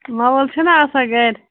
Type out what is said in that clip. مَوَل چھِنا آسان گَرِ